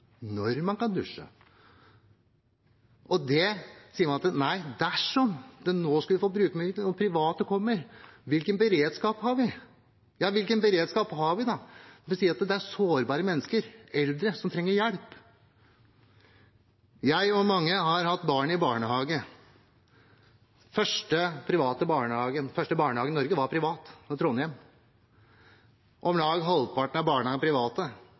sier nei, dersom man nå skulle få brukermedvirkning og private kommer, hvilken beredskap har vi? Ja, hvilken beredskap har vi? Vi sier det er sårbare mennesker, eldre som trenger hjelp. Jeg og mange andre har hatt barn i barnehage. Den første barnehagen i Norge var privat, i Trondheim. Om lag halvparten av barnehagene er private.